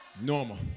normal